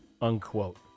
unquote